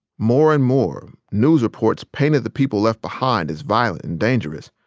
more and more, news reports painted the people left behind as violent and dangerous,